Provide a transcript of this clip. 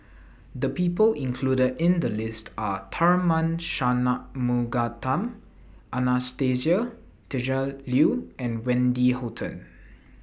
The People included in The list Are Tharman Shanmugaratnam Anastasia Tjendri Liew and Wendy Hutton